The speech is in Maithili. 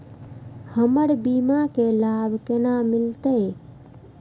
हमर बीमा के लाभ केना मिलते?